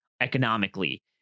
economically